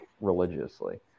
religiously